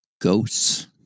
ghosts